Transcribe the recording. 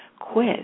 quiz